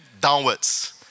downwards